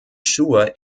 schuhe